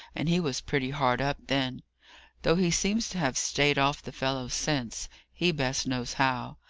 and he was pretty hard up then though he seems to have staved off the fellows since he best knows how.